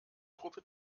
truppe